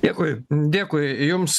dėkui dėkui jums